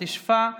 התשפ"א 2020,